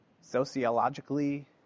sociologically